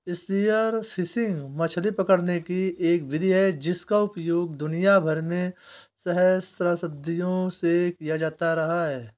spear fishing मछली पकड़ने की एक विधि है जिसका उपयोग दुनिया भर में सहस्राब्दियों से किया जाता रहा है